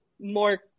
more